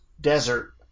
desert